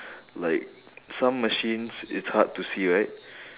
like some machines it's hard to see right